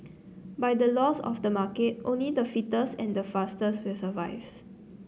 by the laws of the market only the fittest and fastest will survive